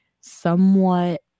somewhat